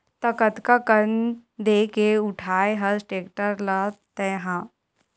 त कतका कन देके उठाय हस टेक्टर ल तैय हा?